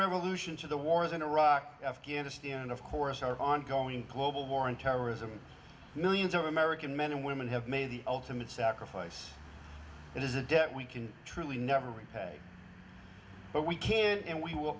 revolution to the wars in iraq afghanistan and of course our ongoing ploughboy war in terrorism millions of american men and women have made the ultimate sacrifice it is a debt we can truly never repay but we can and we w